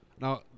Now